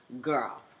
girl